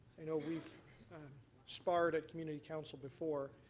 i know we've sparred at community council before.